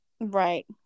Right